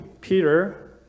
Peter